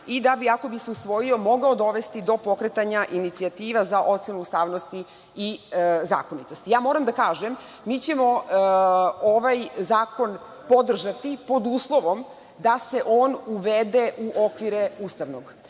i da bi ako bi se usvojio mogao dovesti do pokretanja inicijativa za ocenu ustavnosti i zakonitosti? Moram da kažem mi ćemo ovaj zakon podržati pod uslovom da se on uvede u okvire ustavnog.